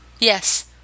Yes